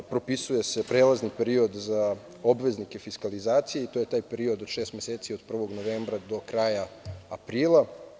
Propisuje se prelazni period za obveznike fiskalizacije i to je taj period od šest meseci, od 1. novembra do kraja aprila.